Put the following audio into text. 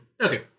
Okay